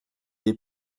est